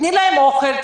תני להם אוכל,